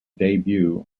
debut